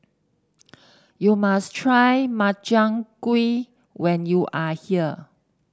you must try Makchang Gui when you are here